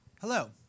Hello